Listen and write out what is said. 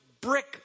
brick